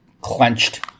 clenched